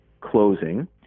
closing